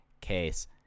case